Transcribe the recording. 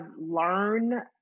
learn